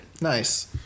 Nice